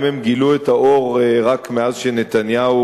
אם הם גילו את האור רק מאז חזר נתניהו,